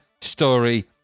story